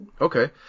Okay